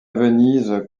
venise